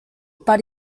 but